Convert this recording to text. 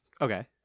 Okay